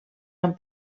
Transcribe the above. han